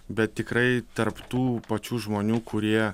bet tikrai tarp tų pačių žmonių kurie